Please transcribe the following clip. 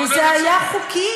וזה היה חוקי,